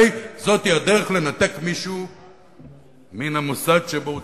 זאת הדרך לנתק מישהו מהמוסד שבו הוא